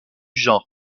genre